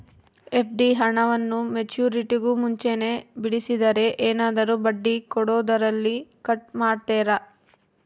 FD ಹಣವನ್ನು ಮೆಚ್ಯೂರಿಟಿಗೂ ಮುಂಚೆನೇ ಬಿಡಿಸಿದರೆ ಏನಾದರೂ ಬಡ್ಡಿ ಕೊಡೋದರಲ್ಲಿ ಕಟ್ ಮಾಡ್ತೇರಾ?